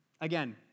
again